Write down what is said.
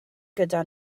gyda